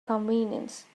convenience